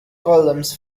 columns